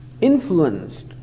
influenced